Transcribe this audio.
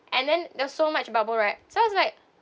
and then there's so much bubble wrap so I was like